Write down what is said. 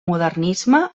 modernisme